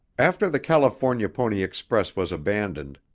after the california pony express was abandoned,